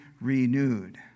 renewed